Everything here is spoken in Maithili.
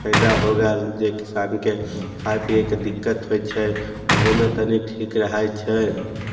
फाइदा हो गेल जे किसानके खाय पियैके दिक्कत होइ छै ओहोमे तनि ठीक रहै छै